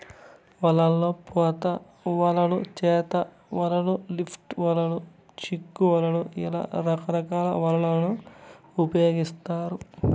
వలల్లో పోత వలలు, చేతి వలలు, లిఫ్ట్ వలలు, చిక్కు వలలు ఇలా రకరకాల వలలను ఉపయోగిత్తారు